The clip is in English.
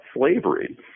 slavery